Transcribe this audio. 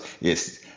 yes